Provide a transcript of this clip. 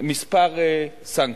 כמה סנקציות.